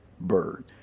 bird